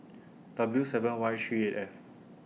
W seven Y three eight F